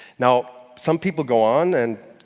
now, some people go on and,